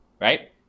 right